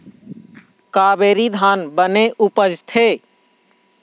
कावेरी धान बने उपजथे?